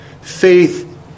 Faith